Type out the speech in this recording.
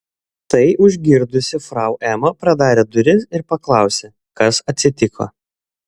tai užgirdusi frau ema pradarė duris ir paklausė kas atsitiko